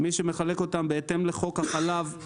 בהתאם לחוק החלב,